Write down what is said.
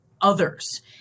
others